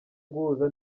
guhuza